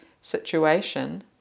situation